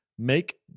make